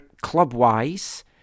club-wise